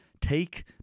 take